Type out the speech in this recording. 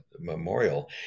memorial